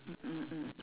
mm mm mm